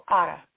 ara